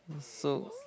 so